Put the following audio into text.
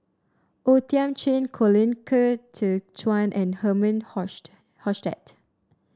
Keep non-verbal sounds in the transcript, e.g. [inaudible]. O Thiam Chin Colin Qi Zhe Quan and Herman [unintelligible] Hochstadt